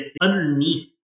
underneath